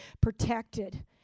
protected